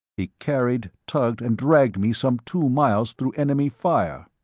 he carried, tugged and dragged me some two miles through enemy fire.